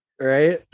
right